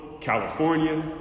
California